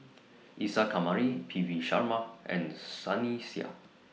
Isa Kamari P V Sharma and Sunny Sia